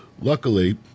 Luckily